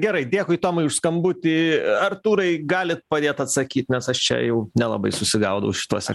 gerai dėkui tomai už skambutį artūrai galit padėt atsakyt nes aš čia jau nelabai susigaudau šituose